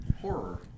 Horror